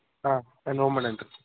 ஆ ஆ ரொம்ப நன்றி